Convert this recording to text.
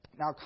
Now